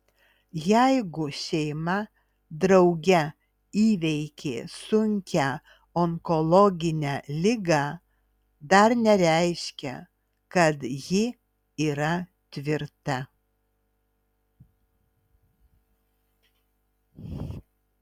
jeigu šeima drauge įveikė sunkią onkologinę ligą dar nereiškia kad ji yra tvirta